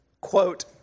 Quote